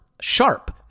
sharp